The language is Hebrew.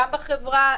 גם בחברה